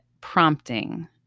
prompting